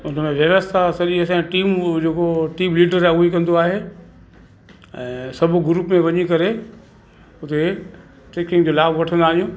उनमें व्यवस्था सॼी असांजे टीम हूअ जेको टीम लीडर आहे उहेई कंदो आहे ऐं सभु ग्रुप में वञी करे उते ट्रेकिंग जो लाभु वठंदा आहियूं